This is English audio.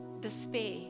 despair